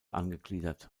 angegliedert